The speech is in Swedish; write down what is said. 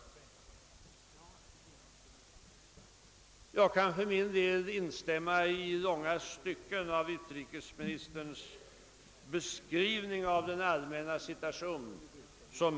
Jag kan beträffande de perspektiv, som jag här har antytt, i långa stycken instämma i utrikesministerns beskrivning av den allmänna situationen.